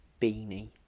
beanie